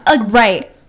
Right